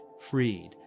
freed